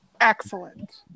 excellent